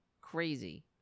crazy